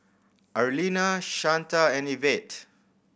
Arlena Shanta and Ivette